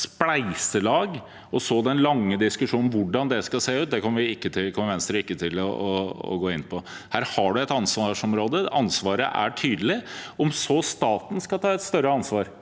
spleiselag og så en lang diskusjon om hvordan det skal se ut, kommer Venstre ikke til å gå inn på. Her har man et ansvarsområde, ansvaret er tydelig. Om staten skal ta et større ansvar?